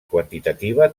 quantitativa